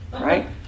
right